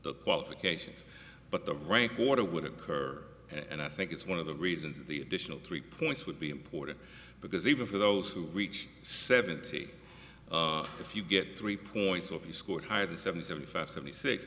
qualifications but the rank order would occur and i think it's one of the reasons the additional three points would be important because even for those who reach seventy if you get three points of view scored higher than seventy seventy five seventy six